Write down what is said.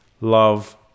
Love